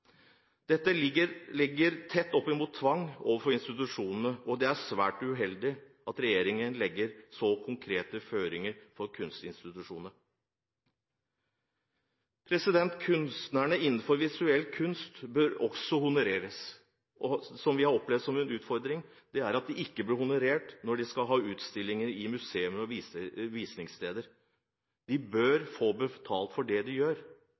Dette ligger tett opp mot tvang overfor institusjonene, og det er svært uheldig at regjeringen legger så konkrete føringer for kunstinstitusjonene. Kunstnerne innenfor visuell kunst bør også honoreres. Vi har opplevd det som en utfordring at de ikke blir honorert når de skal ha utstillinger i museer og visningssteder. De bør få betalt for det de gjør.